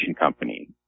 company